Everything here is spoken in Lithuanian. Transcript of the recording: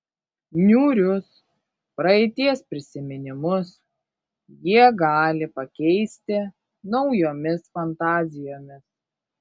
niūrius praeities prisiminimus jie gali pakeisti naujomis fantazijomis